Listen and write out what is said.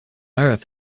earth